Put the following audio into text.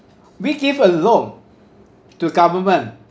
we give a loan to government